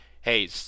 hey